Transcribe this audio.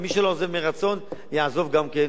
ומי שלא עוזב מרצון יעזוב גם כן,